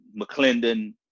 McClendon